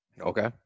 Okay